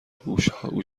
گوشیهای